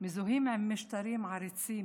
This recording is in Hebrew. מזוהים עם משטרים עריצים.